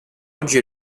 oggi